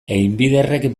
einbinderrek